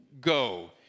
go